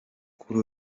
kuri